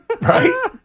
Right